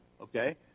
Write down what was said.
okay